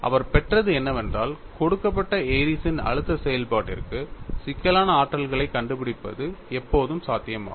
அவர் பெற்றது என்னவென்றால் கொடுக்கப்பட்ட ஏரிஸ்ன் Airy's அழுத்த செயல்பாட்டிற்கு சிக்கலான ஆற்றல்களைக் கண்டுபிடிப்பது எப்போதும் சாத்தியமாகும்